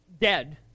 dead